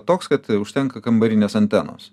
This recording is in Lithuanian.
toks kad užtenka kambarinės antenos